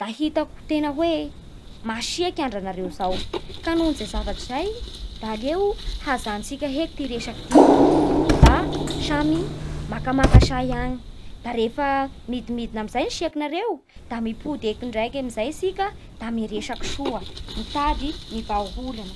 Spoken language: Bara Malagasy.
Da hitako tena hoe masiaky andra nareo zao, ka nohon'izay zavatra izay da aleo hajanotsika heky ty resaky ty, da samy makamaka say any Da rehefa midimidina amin'izay siakinareo da mimpody eto ndraiky amin'izay tsika da miresaky soa mitady vahaola